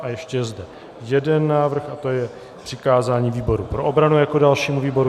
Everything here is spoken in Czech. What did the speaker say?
A ještě je zde jeden návrh a to je přikázání výboru pro obranu jako dalšímu výboru.